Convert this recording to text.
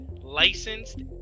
licensed